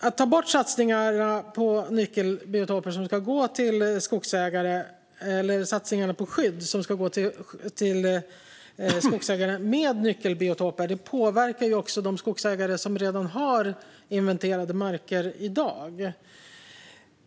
Att ta bort satsningarna på nyckelbiotoper, som ju ska gå till skogsägare, eller satsningarna på skydd, som ska gå till skogsägare med nyckelbiotoper, påverkar också de skogsägare som redan har inventerade marker i dag.